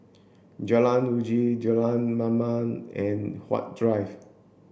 Jalan Uji Jalan Mamam and Huat Drive